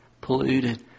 polluted